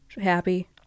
happy